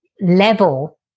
level